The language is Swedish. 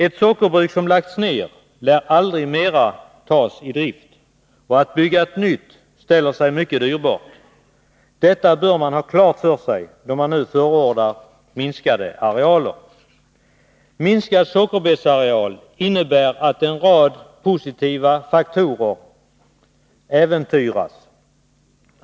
Ett sockerbruk som lagts ner lär aldrig mera tas i drift, och att bygga nytt ställer sig mycket dyrbart. Detta bör man ha klart för sig när man nu förordar minskade arealer. Minskad sockerbetsareal innebär att en rad positiva faktorer äventyras.